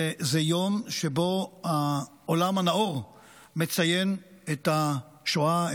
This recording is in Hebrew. זה יום שבו העולם הנאור מציין את השואה,